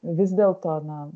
vis dėl to na